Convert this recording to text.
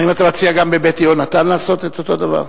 האם אתה מציע גם ב"בית יהונתן" לעשות את אותו הדבר?